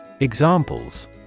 Examples